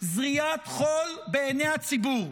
זריית חול בעיני הציבור,